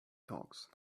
talks